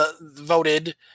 voted